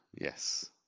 yes